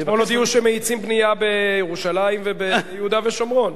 אתמול הודיעו שמאיצים בנייה בירושלים וביהודה ושומרון.